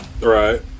right